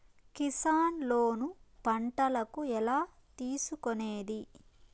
Kisan loan పంటలకు ఎలా తీసుకొనేది?